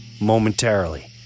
momentarily